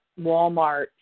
Walmart